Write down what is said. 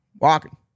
walking